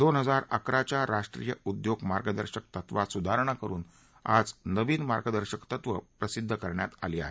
दोन हजार अकराच्या राष्ट्रीय उद्योग मार्गदशक तत्वात स्धारणा करुन आज नवीन मार्गदर्शक तत्वं प्रसिद्ध करण्यात आली आहेत